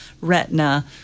retina